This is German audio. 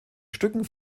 stücken